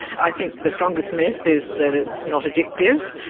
i think the strongest myth is that it's not addictive.